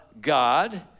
God